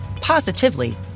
positively